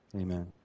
Amen